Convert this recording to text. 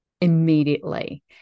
immediately